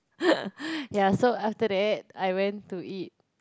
ya so after that I went to eat